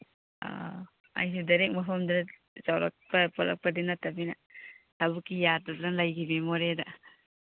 ꯑ ꯑꯩꯁꯨ ꯗꯥꯏꯔꯦꯛ ꯃꯐꯝꯗꯨ ꯆꯥꯎꯔꯛꯄ ꯄꯣꯛꯂꯛꯄꯗꯤ ꯅꯠꯇꯕꯅꯤꯅ ꯊꯕꯛꯀꯤ ꯌꯥꯗꯗꯅ ꯂꯩꯒꯤꯕꯅꯤ ꯃꯣꯔꯦꯗ